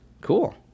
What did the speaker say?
Cool